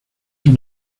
sus